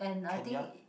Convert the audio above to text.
Kenya